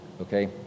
okay